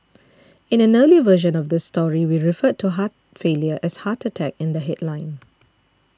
in an earlier version of this story we referred to heart failure as heart attack in the headline